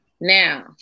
Now